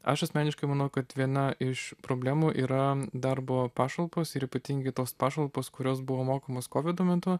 aš asmeniškai manau kad viena iš problemų yra darbo pašalpos ir ypatingai tos pašalpos kurios buvo mokamos kovido metu